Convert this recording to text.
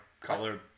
color